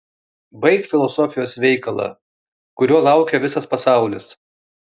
baik filosofijos veikalą kurio laukia visas pasaulis